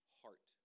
heart